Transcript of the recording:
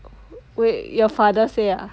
wait your father say uh